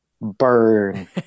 burn